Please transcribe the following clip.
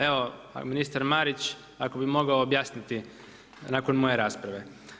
Evo ministar Marić, ako bi mogao objasniti nakon moje rasprave.